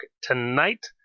tonight